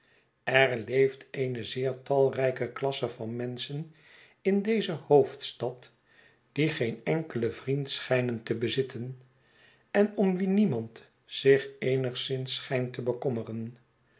er ieeft eene zeer talrijke klasse van menschen in deze hoofdstad die geen enkelen vriend schijnen te bezitten en om wie niemand zich eenigszins schijnt te bekommeren